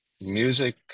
music